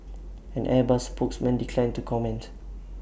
an airbus spokesman declined to comment